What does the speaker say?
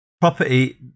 property